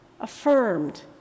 affirmed